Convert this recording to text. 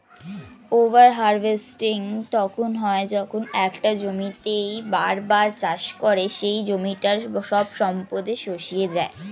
over harvesting তখন হয় যখন একটা জমিতেই বার বার চাষ করে সেই জমিটার সব সম্পদ শুষিয়ে যায়